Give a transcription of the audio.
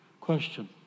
Question